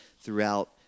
throughout